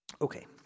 Okay